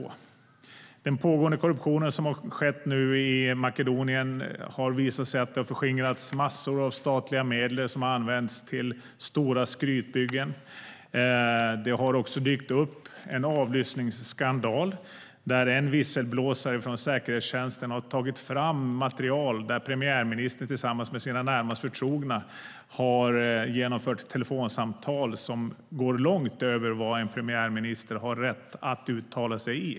Under den pågående korruptionen i Makedonien har det visat sig att massor av statliga medel har förskingrats och använts till stora skrytbyggen. Det har också dykt upp en avlyssningsskandal, där en visselblåsare från säkerhetstjänsten har tagit fram material om att premiärministern tillsammans med sina närmast förtrogna har genomfört telefonsamtal som går långt över vad en premiärminister har rätt att uttala sig i.